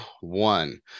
one